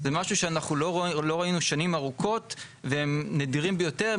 זה משהו שאנחנו לא ראינו שנים ארוכות והם נדירים ביותר.